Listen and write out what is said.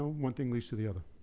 one thing leads to the other.